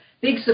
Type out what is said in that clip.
big